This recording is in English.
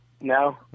No